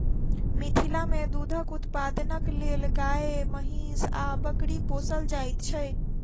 मिथिला मे दूधक उत्पादनक लेल गाय, महीँस आ बकरी पोसल जाइत छै